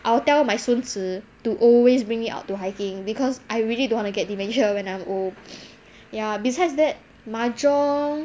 I'll tell my 孙子 to always bring me out to hiking because I really don't wanna get dementia when I'm old ya besides that mahjong